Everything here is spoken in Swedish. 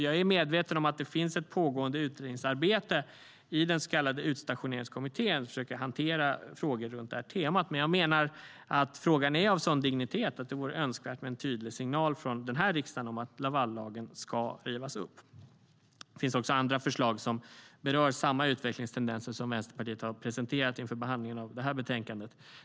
Jag är medveten om att det finns ett pågående utredningsarbete i den så kallade utstationeringskommittén, som försöker hantera frågor runt det här temat. Men jag menar att frågan är av en sådan dignitet att det vore önskvärt med en tydlig signal från den här riksdagen om att Lavallagen ska rivas upp. Det finns också andra förslag som berör samma utvecklingstendenser, som Vänsterpartiet har presenterat inför behandlingen av det här betänkandet.